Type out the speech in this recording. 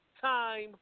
time –